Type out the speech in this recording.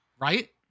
Right